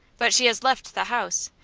but she has left the house.